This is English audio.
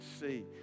see